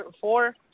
four